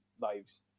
lives